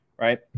right